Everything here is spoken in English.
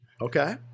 Okay